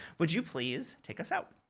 would you please take us out?